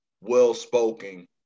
well-spoken